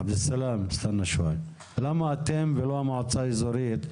תשמע רגע, למה אתם ולא המועצה האזורית,